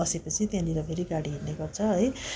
बसेपछि त्यहाँनिर फेरि गाडी हिँड्ने गर्छ है